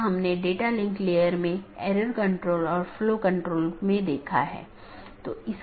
अब हम TCP IP model पर अन्य परतों को देखेंगे